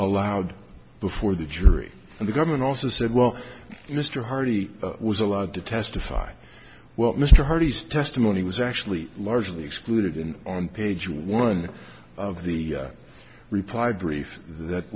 allowed before the jury and the government also said well mr hardy was allowed to testify well mr hardy's testimony was actually largely excluded and on page one of the reply brief that